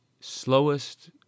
slowest